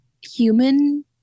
human